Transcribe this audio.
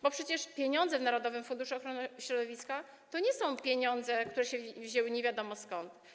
Bo przecież pieniądze w narodowym funduszu ochrony środowiska to nie są pieniądze, które się wzięły nie wiadomo skąd.